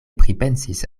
pripensis